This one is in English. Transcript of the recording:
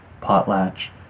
potlatch